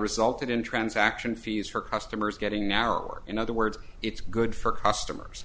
resulted in transaction fees for customers getting narrower in other words it's good for customers